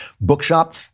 Bookshop